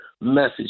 message